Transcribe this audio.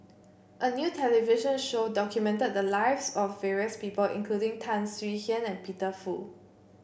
a new television show documented the lives of various people including Tan Swie Hian and Peter Fu